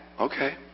Okay